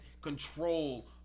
control